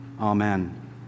Amen